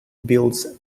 builds